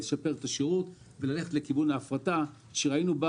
רצינו לשפר את השירות וללכת לכיוון ההפרטה שראינו בה